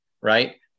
right